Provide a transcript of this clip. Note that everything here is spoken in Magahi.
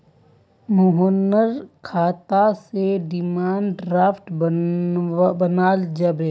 मोहनेर खाता स डिमांड ड्राफ्ट बनाल जाबे